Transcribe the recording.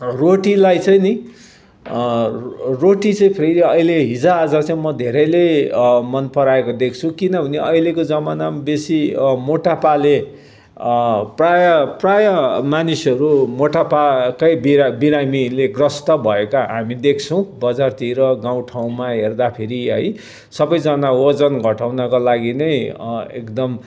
रोटीलाई चाहिँ नि रोटी चाहिँ फेरि अहिले हिजोआज चाहिँ म धेरैले मन पराएको देख्छु किनभने अहिलेको जमानामा बेसी मोटापाले प्रायः प्रायः मानिसहरू मोटापाकै बिरा बिरामीले ग्रस्त भएका हामी देख्छौँ बजारतिर गाउँ ठाउँमा हेर्दा फेरि है सबैजना वजन घटाउनको लागि नै एकदम प्रयास गरिरहेका हुन्छन्